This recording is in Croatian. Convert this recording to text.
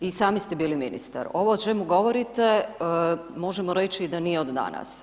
I sami ste bili ministar, ovo o čemu govorite, možemo reći da nije od danas.